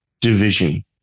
division